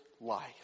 life